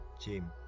Jim